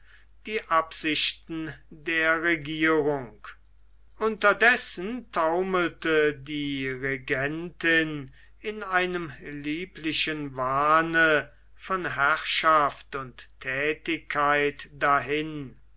die absichten der regierung unterdessen taumelte die regentin in einem lieblichen wahne von herrschaft und thätigkeit dahin